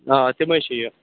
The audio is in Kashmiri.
آ تِمٕے چھِ یہِ